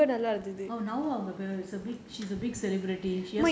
அவங்க பெரிய:avanga periya